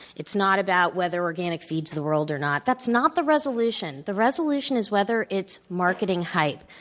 it's not about whether organic feeds the world or not. that's not the resolution. the resolution is whether it's marketing hype.